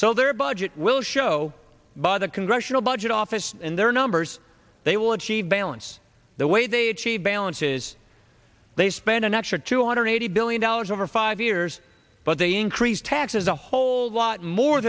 so their budget will show by the congressional budget office and their numbers they will achieve balance the way they achieve balance is they spend an extra two hundred eighty billion dollars over five years but they increase taxes a whole lot more